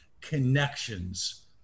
connections